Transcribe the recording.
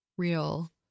Real